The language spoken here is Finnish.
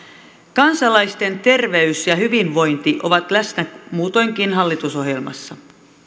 kansalaisten terveys ja hyvinvointi ovat läsnä muutoinkin hallitusohjelmassa